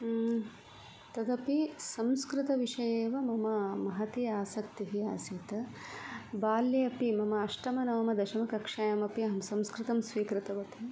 तदपि संस्कृतविषये एव मम महती आसक्तिः बाल्ये अपि मम अष्टमनवमदशमकक्षायामपि अहं संस्कृतं स्वीकृतवी